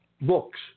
books